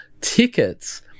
tickets